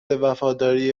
وفاداری